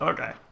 Okay